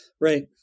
Right